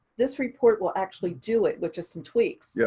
this report will actually do it with just some tweaks. yeah